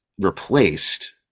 replaced